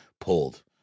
pulled